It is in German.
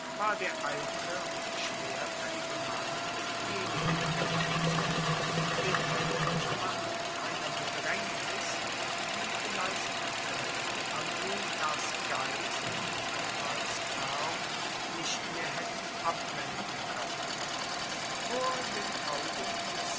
war der eitle und schwerfällige mann wenig geeignet den helfer zu machen in einer bedrängnis die vielleicht selbst hamilkars geist und hannibals arm nicht mehr hätten abwenden können vor den augen des